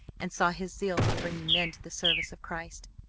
and saw his zeal for bringing men to the service of christ.